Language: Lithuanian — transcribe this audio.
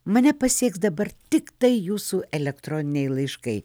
mane pasieks dabar tiktai jūsų elektroniniai laiškai